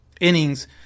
innings